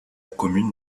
commune